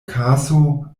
kaso